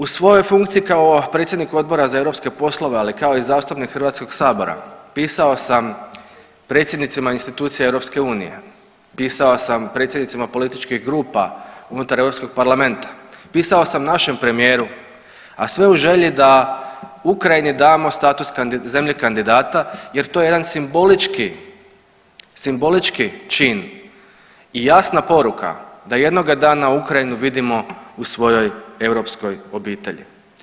U svojoj funkciji kao predsjednik Odbora za europske poslove, ali i kao zastupnik Hrvatskog sabora pisao sam predsjednicima institucija EU, pisao sam predsjednicima političkih grupa unutar Europskog parlamenta, pisao sam našem premijeru, a sve u želji da Ukrajini damo status zemlje kandidata jer to je jedan simbolički čin i jasna poruka da jednoga dana Ukrajinu vidimo u svojoj europskoj obitelji.